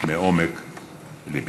מעומק לבי.